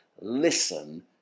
listen